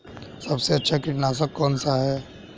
सबसे अच्छा कीटनाशक कौन सा है?